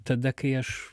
tada kai aš